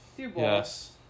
Yes